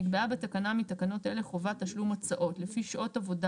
נקבעה בתקנה מתקנות אלה חובת תשלום הוצאות לפי שעות עבודה